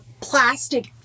plastic